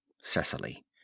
Cecily